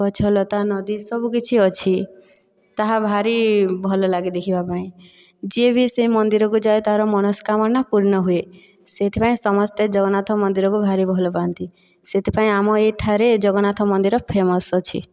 ଗଛ ଲତା ନଦୀ ସବୁ କିଛି ଅଛି ତାହା ଭାରି ଭଲ ଲାଗେ ଦେଖିବା ପାଇଁ ଯିଏ ବି ସେ ମନ୍ଦିରକୁ ଯାଏ ତାର ମନସ୍କାମନା ପୂର୍ଣ ହୁଏ ସେଥିପାଇଁ ସମସ୍ତେ ଜଗନ୍ନାଥ ମନ୍ଦିରକୁ ଭାରି ଭଲ ପାଆନ୍ତି ସେଥିପାଇଁ ଆମ ଏଠାରେ ଜଗନ୍ନାଥ ମନ୍ଦିର ଫେମସ୍ ଅଛି